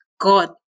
God